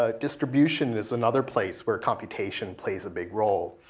ah distribution is another place where computation plays a big role.